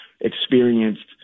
experienced